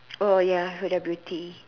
oh ya beauty